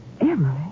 Emily